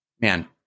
Man